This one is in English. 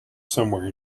somewhere